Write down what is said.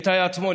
איתי עצמון,